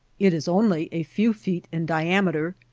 it is only a few feet in diameter,